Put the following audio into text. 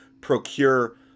procure